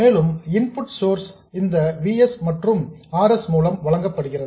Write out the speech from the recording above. மேலும் input source இந்த V s மற்றும் R s மூலம் வழங்கப்படுகிறது